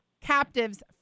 captives